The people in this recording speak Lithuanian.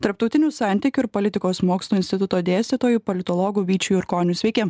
tarptautinių santykių ir politikos mokslų instituto dėstytoju politologu vyčiu jurkoniu sveiki